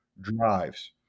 drives